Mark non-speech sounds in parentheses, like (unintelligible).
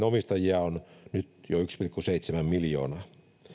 (unintelligible) omistajia on nyt jo yksi pilkku seitsemän miljoonaa